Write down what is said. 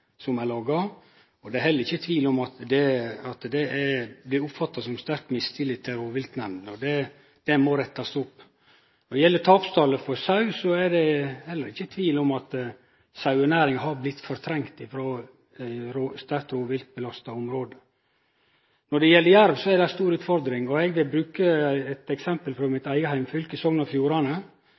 som er laga. Det er heller ikkje tvil om at det blir oppfatta som sterk mistillit til rovviltnemndene. Det må rettast opp. Når det gjeld tapstalet for sau, er det heller ikkje tvil om at sauenæringa har blitt fortrengt frå sterkt rovviltbelasta område. Når det gjeld jerv, er det ei stor utfordring. Eg vil bruke eit eksempel frå mitt eige heimfylke, Sogn og Fjordane.